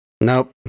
Nope